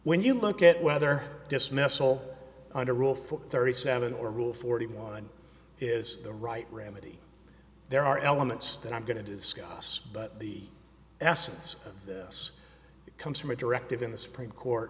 when you look at whether dismissal under rule for thirty seven or rule forty one is the right remedy there are elements that i'm going to discuss but the essence of this comes from a directive in the supreme court